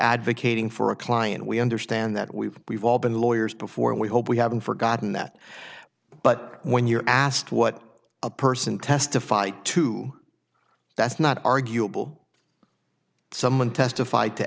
advocating for a client we understand that we've we've all been lawyers before and we hope we haven't forgotten that but when you're asked what a person testified to that's not arguable someone testif